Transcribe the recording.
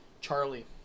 Charlie